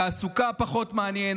תעסוקה פחות מעניינת,